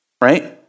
Right